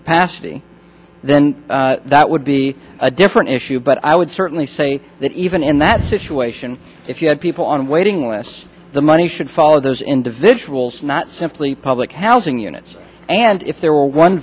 capacity then that would be a different issue but i would certainly say that even in that situation if you had people on waiting lists the money should follow those individuals not simply public housing units and if there were one